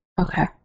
Okay